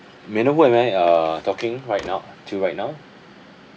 may I who am I uh talking right now to right now